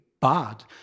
bad